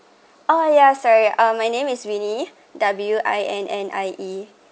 oh yeah sorry uh my name is winnie W I N N I E